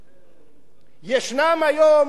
ישנן היום עמותות